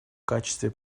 качестве